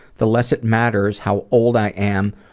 the less it matters how old i am